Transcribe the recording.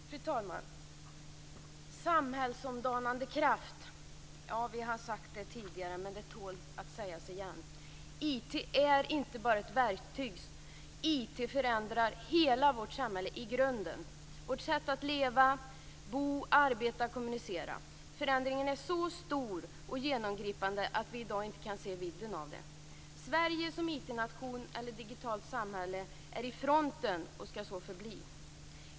Fru talman! Samhällsomdanande kraft - ja, vi har sagt det tidigare, men det tål att sägas igen. IT är inte bara ett verktyg, IT förändrar hela vårt samhälle i grunden. Det förändrar vårt sätt att leva, bo, arbeta och kommunicera. Förändringen är så stor och genomgripande att vi i dag inte kan se vidden av den. Sverige som IT-nation eller digitalt samhälle är i fronten och skall så förbli.